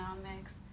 economics